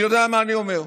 אני יודע מה אני אומר.